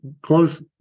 close